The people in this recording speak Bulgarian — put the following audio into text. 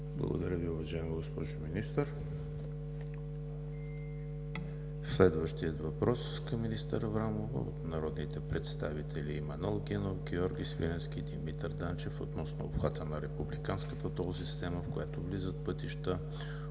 Благодаря Ви, уважаема госпожо Министър. Следващият въпрос към министър Аврамова е от народните представители Манол Генов, Георги Свиленски и Димитър Данчев относно обхвата на републиканската тол система, в която влизат пътища,